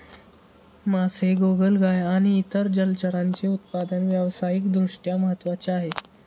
मासे, गोगलगाय आणि इतर जलचरांचे उत्पादन व्यावसायिक दृष्ट्या महत्त्वाचे आहे